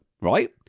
right